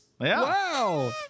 Wow